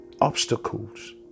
obstacles